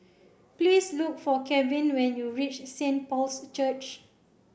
please look for Kevin when you reach Saint Paul's Church